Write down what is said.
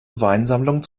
weinsammlung